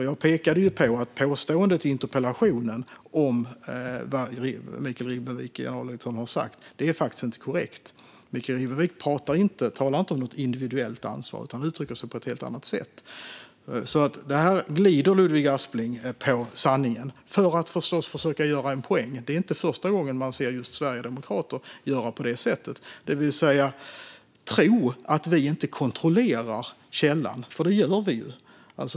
Jag pekade på att påståendet i interpellationen om vad Mikael Ribbenvik sa inte är korrekt. Mikael Ribbenvik talade inte om något individuellt ansvar. Han uttryckte sig på ett helt annat sätt. Här glider Ludvig Aspling på sanningen. Det gör han förstås för att försöka göra en poäng. Det är inte första gången man ser just sverigedemokrater göra på det sättet. De tror att vi inte kontrollerar källan, men det gör vi ju.